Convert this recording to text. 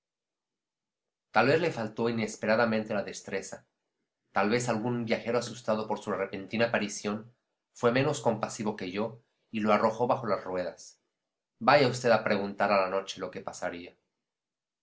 tal vez le faltó inesperadamente la destreza tal vez algún viajero asustado por su repentina aparición fue menos compasivo que yo y le arrojó bajo las ruedas vaya usted a preguntar a la noche lo que pasaría